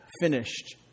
finished